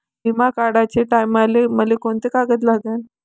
बिमा काढाचे टायमाले मले कोंते कागद लागन?